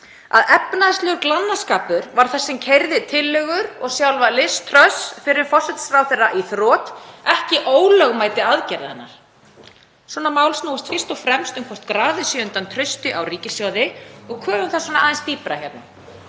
að efnahagslegur glannaskapur var það sem keyrði tillögur og sjálfa Liz Truss, fyrrum forsætisráðherra, í þrot, ekki ólögmæti aðgerða hennar. Svona mál snúast fyrst og fremst um hvort grafið sé undan trausti á ríkissjóði og köfum þess vegna aðeins dýpra hérna.